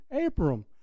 Abram